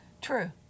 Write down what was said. True